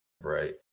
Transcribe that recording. right